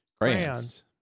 crayons